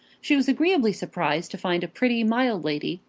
she was agreeably surprised to find a pretty, mild lady,